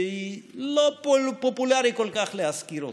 שלא פופולרי כל כך להזכיר אותה,